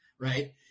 Right